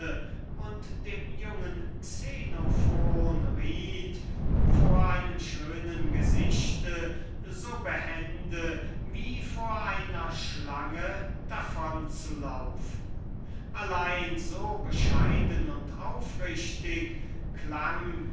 und dem jungen xenophon riet vor einem schönen gesichte so behende wie vor einem basilisken davon zu laufen allein so bescheiden und so wahr klang